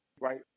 right